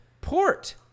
port